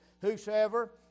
Whosoever